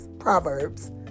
Proverbs